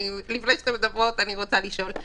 לפני שאתן מדברות אני רוצה לשאול.